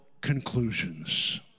conclusions